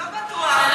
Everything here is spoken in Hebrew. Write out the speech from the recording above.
לא בטוח.